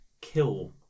kill